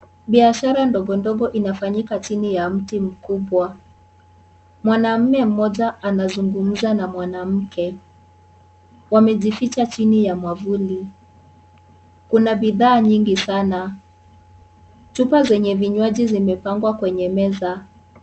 Biashara ndogo ndogo inafanyika chini ya mti mkubwa. Mwanaume mmoja anazungumza na mwanawake. Wamejificha chini ya mwavuli. Kuna bidhaa nyingi sana. Chupa zenye vinywaji zimepangwa kwenye meza.